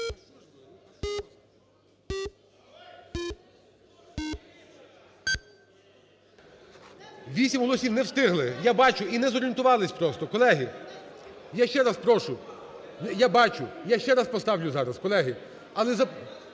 Вісім голосів не встигли, я бачу, і не зорієнтувались просто. Колеги, я ще раз прошу, я бачу, я ще раз поставлю зараз, колеги.